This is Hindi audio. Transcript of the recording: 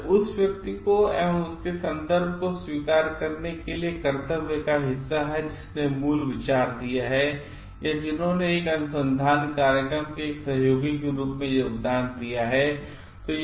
यह उस व्यक्ति को एवं उसके सन्दर्भ को स्वीकार करने के लिए एक कर्तव्य का हिस्सा है जिसने मूल विचार दिया है या जिन्होंने एक अनुसंधान कार्यक्रम के एक सहयोगी के रूप में योगदान दिया है